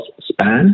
span